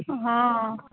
हँ